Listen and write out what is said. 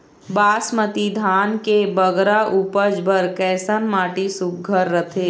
बासमती धान के बगरा उपज बर कैसन माटी सुघ्घर रथे?